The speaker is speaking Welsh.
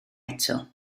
eto